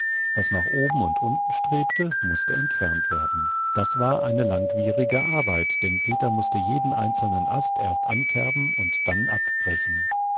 was nach oben und unten strebte mußte entfernt werden das war eine langwierige arbeit denn peter mußte jeden einzelnen ast erst ankerben und dann abbrechen